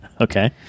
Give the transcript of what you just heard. Okay